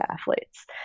athletes